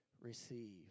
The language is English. receive